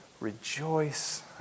rejoice